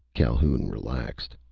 calhoun relaxed.